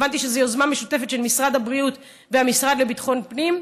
הבנתי שזו יוזמה משותפת של משרד הבריאות והמשרד לביטחון הפנים,